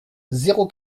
zéro